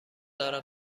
دارم